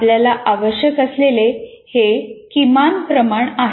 आपल्याला आवश्यक असलेले हे किमान प्रमाण आहे